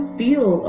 feel